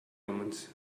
omens